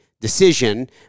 decision